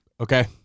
okay